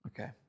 Okay